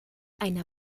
einer